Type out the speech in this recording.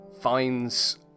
finds